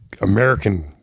American